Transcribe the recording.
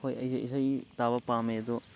ꯍꯣꯏ ꯑꯩꯁꯩ ꯏꯁꯩ ꯇꯥꯕ ꯄꯥꯝꯃꯦ ꯑꯗꯣ